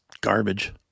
garbage